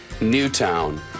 Newtown